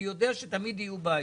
אני יודע שתמיד יהיו בעיות,